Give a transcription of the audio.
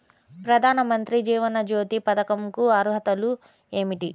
ప్రధాన మంత్రి జీవన జ్యోతి పథకంకు అర్హతలు ఏమిటి?